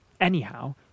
Anyhow